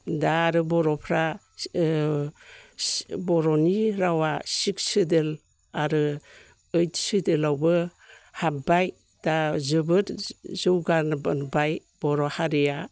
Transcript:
दा आरो बर'फ्रा बर'नि रावा सिक्स सेडुल आरो ओइट सेडुलावबो हाब्बाय दा जोबोद जौगाबोबाय बर' हारिया